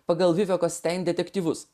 pagal viso kas ten detektyvus